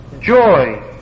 joy